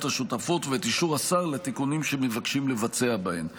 השותפות ואת אישור השר לתיקונים שמבקשים לבצע בהן.